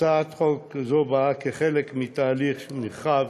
הצעת חוק זו היא חלק מתהליך נרחב